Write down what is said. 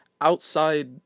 Outside